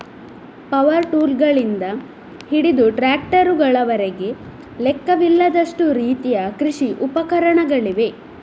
power ಟೂಲ್ಗಳಿಂದ ಹಿಡಿದು ಟ್ರಾಕ್ಟರುಗಳವರೆಗೆ ಲೆಕ್ಕವಿಲ್ಲದಷ್ಟು ರೀತಿಯ ಕೃಷಿ ಉಪಕರಣಗಳಿವೆ